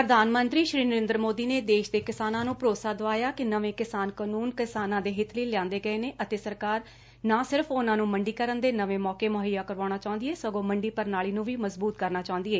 ਪ੍ਰਧਾਨ ਮੰਤਰੀ ਸ੍ਰੀ ਨਰੇਦਰ ਸੋਦੀ ਮਨੇ ਦੇਸ਼ ਦੇ ਕਿਸਾਨ ਨੂੰ ਭਰੋਸਾ ਦਵਾਇਆ ਕਿ ਨਵੇ ਕਿਸਾਨ ਕਾਨੂੰਨ ਕਿਸਾਨ ਦੇ ਹਿੱਤ ਲਈ ਲਿਆਂਦੇ ਗਏ ਨੇ ਅਤੇ ਸਰਕਾਰ ਨਾ ਸਿਰਫ ਉਹਨਾਂ ਨੂੰ ਮੰਡੀਕਰਨ ਦੇ ਨਵੇਂ ਮੌਕੇ ਮੁਹੱਈਆ ਕਰਵਾਉਣਾ ਚਾਹੁੰਦੀ ਏ ਸਗੋਂ ਮੰਡੀ ਪ੍ਰਣਾਲੀ ਨੂੰ ਵੀ ਮਜਬੂਤ ਕਰਨਾ ਚਾਹੁੰਦੀ ਏ